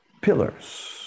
pillars